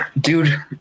dude